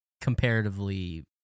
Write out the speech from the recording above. comparatively